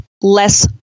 less